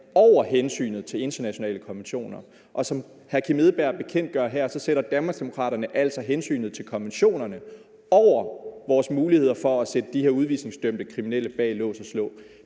over hensynet til internationale konventioner, og, som hr. Kim Edberg Andersen bekendtgør her, sætter Danmarksdemokraterne altså hensynet til konventionerne over vores muligheder for at sætte de her udvisningsdømte kriminelle bag lås og slå.